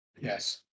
Yes